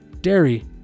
dairy